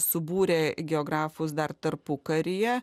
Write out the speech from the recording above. subūrė geografus dar tarpukaryje